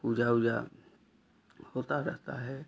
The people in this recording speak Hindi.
पूजा ऊजा होती रहता है